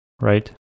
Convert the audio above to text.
right